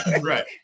Right